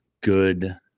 good